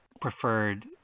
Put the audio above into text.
preferred